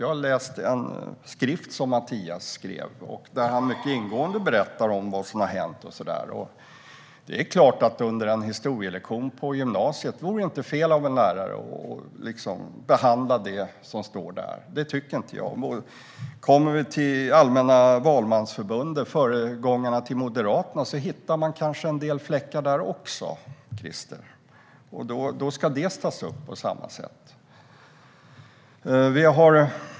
Jag har läst en skrift av Mattias, där han mycket ingående berättar om vad som hänt och så där. Det är klart att under en historielektion på gymnasiet vore det inte fel av en lärare att behandla det som står där. Det tycker inte jag. Tittar man på Allmänna valmansförbundet - föregångaren till Moderaterna - hittar man kanske en del fläckar där också, Christer. Då ska det tas upp på samma sätt.